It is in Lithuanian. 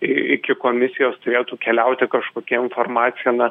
i iki komisijos turėtų keliauti kažkokia informacija na